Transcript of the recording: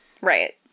Right